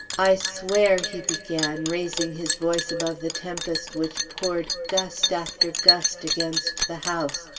i swear, he began, raising his voice above the tempest, which poured gust after gust against the house.